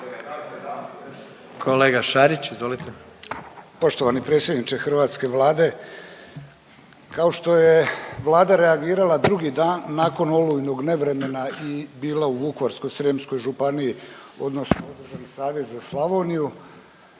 **Šarić, Josip (HDZ)** Poštovani predsjedniče hrvatske Vlade, kao što je Vlada reagirala drugi dan nakon olujnog nevremena i bila u Vukovarsko-srijemskoj županiji, odnosno Državni savez za Slavoniju